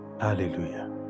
hallelujah